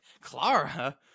Clara